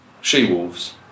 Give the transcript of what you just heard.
She-Wolves